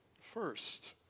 first